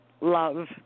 love